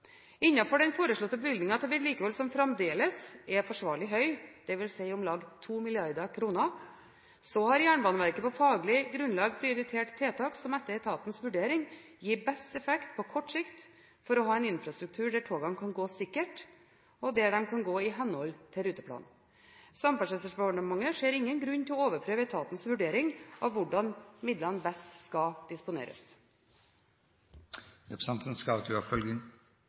den foreslåtte bevilgningen til vedlikehold, som fremdeles er forsvarlig høy, dvs. om lag 2 mrd. kr, har Jernbaneverket på faglig grunnlag prioritert tiltak som etter etatens vurdering gir best effekt på kort sikt for å ha en infrastruktur hvor togene kan gå sikkert, og hvor de kan gå i henhold til ruteplan. Samferdselsdepartementet ser ingen grunn til å overprøve etatens vurdering av hvordan midlene best kan disponeres. Takk for svaret til